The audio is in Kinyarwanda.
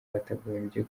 batagombye